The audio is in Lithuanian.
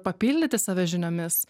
papildyti save žiniomis